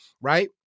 Right